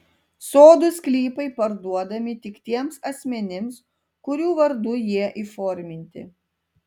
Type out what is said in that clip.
sodų sklypai parduodami tik tiems asmenims kurių vardu jie įforminti